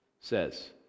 says